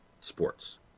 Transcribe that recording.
sports